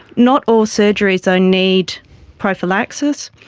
not all surgeries though need prophylaxis,